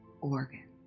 organ